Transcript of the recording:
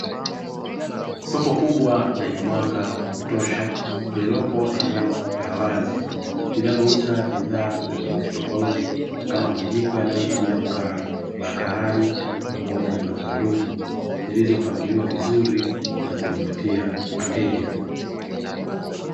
Soko kubwa lenye mwanga wa kutosha lililopo eneo la wazi linalouza bidhaa tofautitofauti kama majiko yanayotumia mkaa, makarai pamoja na masanduku; zilizopangiliwa vizuri na zinavutia wateja.